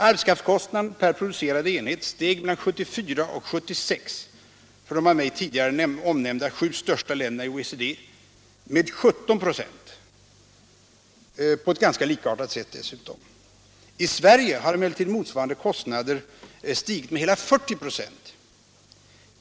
För de av mig tidigare nämnda sju största länderna i OECD steg arbetskraftskostnaderna per producerad enhet med 17 96 mellan 1974 och 1976. Och de gjorde det dessutom på ett ganska likartat sätt. I Sverige har emellertid motsvarande kostnader stigit med hela 40 96.